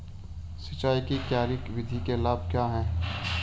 सिंचाई की क्यारी विधि के लाभ क्या हैं?